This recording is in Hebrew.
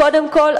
קודם כול,